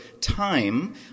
time